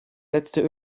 letzte